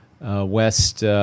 West